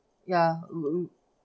ya